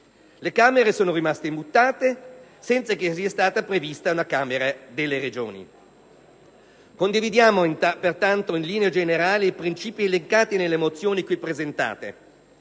Le Camere sono rimaste immutate, senza che sia stata prevista una Camera delle Regioni. Condividiamo pertanto in linea generale i principi elencati nelle mozioni qui presentate.